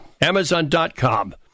Amazon.com